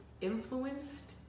influenced